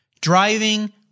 driving